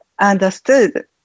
understood